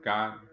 God